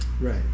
Right